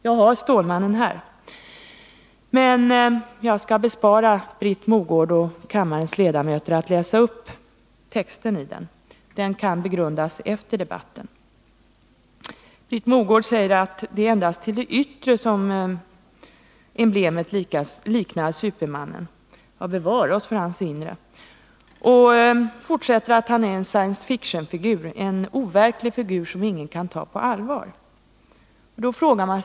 Jag har tidningen Stålmannen här, men jag skall bespara Britt Mogård och kammarens ledamöter att ta del av texten i den — den kan begrundas efter debatten. Britt Mogård säger att det är endast till det yttre som emblemet liknar supermannen — ja, bevare oss för hans inre! — och att han är en science fiction-figur, en overklig figur som ingen kan ta på allvar.